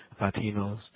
Latinos